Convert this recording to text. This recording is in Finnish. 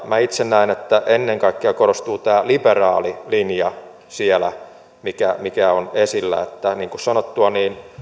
minä itse näen että ennen kaikkea korostuu tämä liberaali linja siellä mikä mikä on esillä niin kuin sanottua